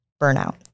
burnout